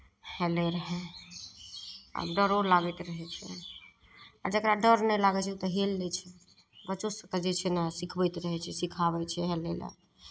हेलैत रहै आब डरो लागैत रहै छै आ जकरा डर नहि लागै छै ओ तऽ हेल लै छै बच्चोसभकेँ जे छै ने सिखबैके रहै छै सिखाबै छियै हेलय लए